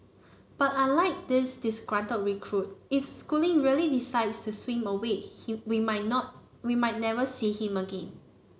but unlike this disgruntled recruit if schooling really decides to swim away he we might not we might never see him again